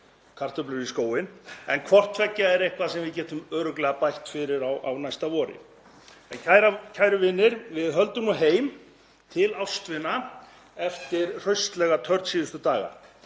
kartöflu í skóinn. En hvort tveggja er eitthvað sem við getum örugglega bætt fyrir á næsta vori. Kæru vinir. Við höldum heim til ástvina eftir hraustlega törn síðustu daga